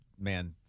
man